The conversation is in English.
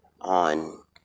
on